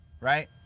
Right